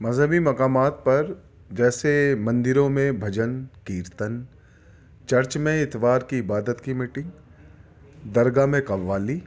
مذہبی مقامات پر جیسے مندروں میں بھجن کیرتن چرچ میں اتوار کی عبادت کی میٹنگ درگاہ میں قوالی